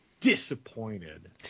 disappointed